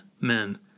men